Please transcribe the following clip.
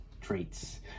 traits